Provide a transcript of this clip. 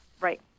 Right